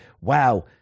wow